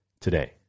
today